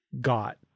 got